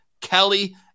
Kelly